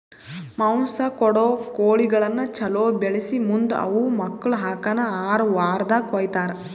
ಮಾಂಸ ಕೊಡೋ ಕೋಳಿಗಳನ್ನ ಛಲೋ ಬೆಳಿಸಿ ಮುಂದ್ ಅವು ಮಕ್ಕುಳ ಹಾಕನ್ ಆರ ವಾರ್ದಾಗ ಕೊಯ್ತಾರ